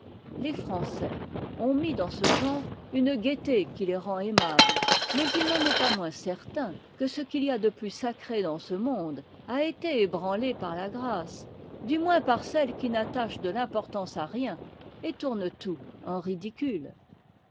les français ont mis dans ce genre une gaieté qui les rend aimables mais i n'en est pas moins certain que ce qu'il y a de plus sacré dans ce monde a été ébranlé par la grâce du moins par celle qui n'attache de l'importance à rien et tourne tout en ridicule